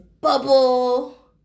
bubble